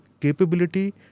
capability